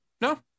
No